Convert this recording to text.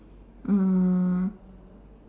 mm